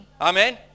Amen